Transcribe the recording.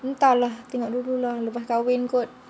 entah lah tengok dulu lah lepas kahwin kot